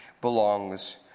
belongs